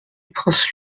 prince